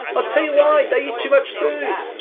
ah tell you why, they eat too much food.